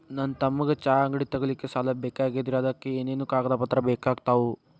ನನ್ನ ತಮ್ಮಗ ಚಹಾ ಅಂಗಡಿ ತಗಿಲಿಕ್ಕೆ ಸಾಲ ಬೇಕಾಗೆದ್ರಿ ಅದಕ ಏನೇನು ಕಾಗದ ಪತ್ರ ಬೇಕಾಗ್ತವು?